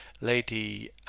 Lady